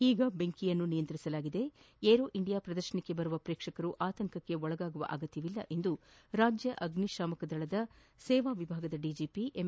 ಈಗ ಬೆಂಕಿಯನ್ನು ನಿಯಂತ್ರಿಸಲಾಗಿದ್ದು ಏರೋ ಇಂಡಿಯಾ ಪ್ರದರ್ಶನಕ್ಕೆ ಬರುವ ಪ್ರೇಕ್ಷಕರು ಆತಂಕಕ್ಕೆ ಒಳಗಾಗುವ ಅಗತ್ಯವಿಲ್ಲ ಎಂದು ರಾಜ್ಯ ಅಗ್ನಿಶಾಮಕ ದಳದ ಸೇವಾ ವಿಭಾಗದ ಡಿಜಿಪಿ ಎಂ